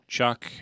Chuck